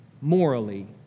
morally